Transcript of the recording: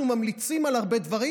אנחנו ממליצים על הרבה דברים,